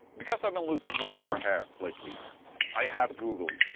because i've been losing more and more hair lately i have googled.